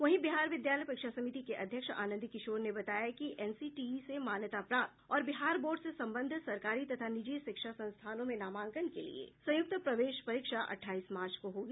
वहीं बिहार विद्यालय परीक्षा समिति के अध्यक्ष आनंद किशोर ने बताया है कि एनसीटीई से मान्यता प्राप्त और बिहार बोर्ड से संबद्ध सरकारी तथा निजी शिक्षा संस्थानों में नामांकन के लिए संयुक्त प्रवेश परीक्षा अट्ठाईस मार्च को होगी